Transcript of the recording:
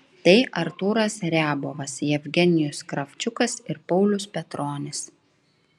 tai artūras riabovas jevgenijus kravčiukas ir paulius petronis